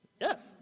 Yes